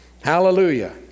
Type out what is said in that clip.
Hallelujah